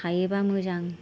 हायोबा मोजां